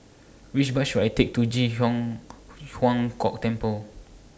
Which Bus should I Take to Ji Huang Kok Temple